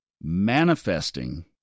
manifesting